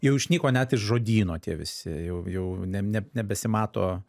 jau išnyko net iš žodyno tie visi jau jau neb neb nebesimato